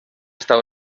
està